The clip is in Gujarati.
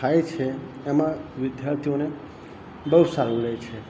થાય છે એમાં વિદ્યાર્થીઓને બહુ સારું રહે છે